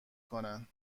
کنن